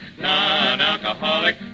non-alcoholic